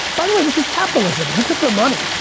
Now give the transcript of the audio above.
by the way this is capitalism, you took their money.